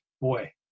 boy